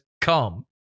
come